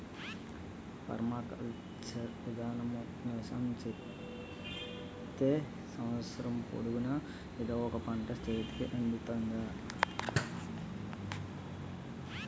permaculture విధానములో వ్యవసాయం చేత్తే సంవత్సరము పొడుగునా ఎదో ఒక పంట సేతికి అందుతాది